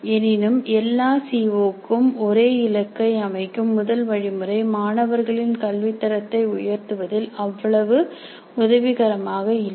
எனினும் எல்லா சி ஓக்கும் ஒரே இலக்கை அமைக்கும் முதல் வழிமுறை மாணவர்களின் கல்வித் தரத்தை உயர்த்துவதில் அவ்வளவு உதவிகரமாக இல்லை